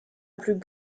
plus